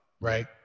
right